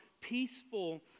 peaceful